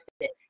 fit